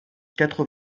quatre